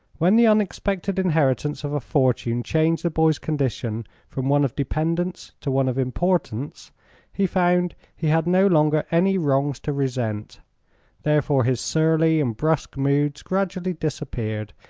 when the unexpected inheritance of fortune changed the boy's condition from one of dependence to one of importance he found he had no longer any wrongs to resent therefore his surly and brusque moods gradually disappeared,